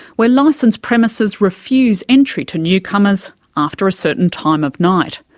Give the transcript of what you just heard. where licensed premises refuse entry to newcomers after a certain time of night.